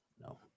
no